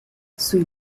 sui